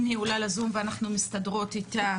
אם היא עולה לזום ואנחנו מסתדרות איתה,